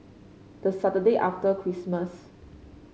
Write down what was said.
the Saturday after Christmas